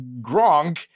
Gronk